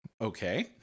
Okay